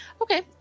Okay